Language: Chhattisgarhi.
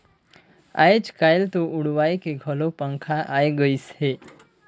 आयज कायल तो उड़वाए के घलो पंखा आये गइस हे